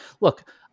look